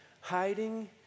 Hiding